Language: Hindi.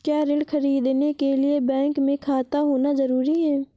क्या ऋण ख़रीदने के लिए बैंक में खाता होना जरूरी है?